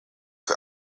für